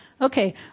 Okay